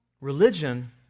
Religion